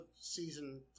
season